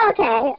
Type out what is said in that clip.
Okay